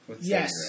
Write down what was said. Yes